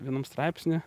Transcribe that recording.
vienam straipsny